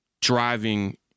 driving